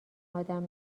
آدم